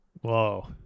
Whoa